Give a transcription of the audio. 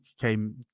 came